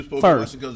First